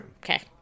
Okay